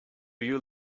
you